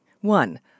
One